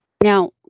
Now